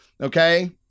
Okay